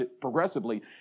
progressively